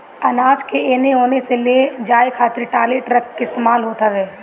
अनाज के एने ओने ले जाए खातिर टाली, ट्रक के इस्तेमाल होत हवे